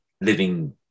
living